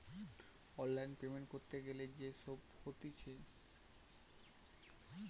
online payment ক্যরতে গ্যালে যে সব হতিছে